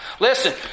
Listen